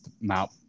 mount